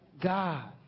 God